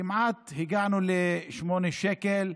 כמעט הגענו ל-8 שקל.